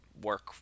work